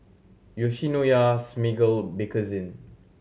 Yoshinoya Smiggle Bakerzin